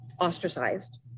ostracized